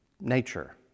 nature